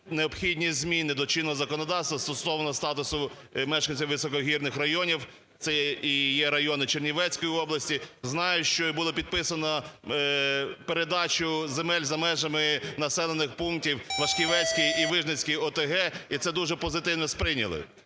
необхідні зміни до чинного законодавства стосовно статусу мешканців високогірних районів, це і є райони Чернівецької області. Знаю, що і було підписано передачу земель за межами населених пунктів Вашківецької і Вижницької ОТГ, і це дуже позитивно сприйняли.